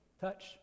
touch